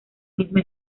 misma